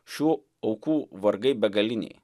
šių aukų vargai begaliniai